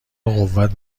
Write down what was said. قوت